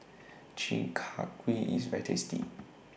Chi Kak Kuih IS very tasty